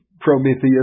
Prometheus